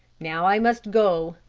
now i must go.